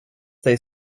tej